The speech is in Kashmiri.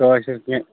کأشِرۍ کیٚنٛہہ